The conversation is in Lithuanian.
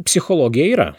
psichologija yra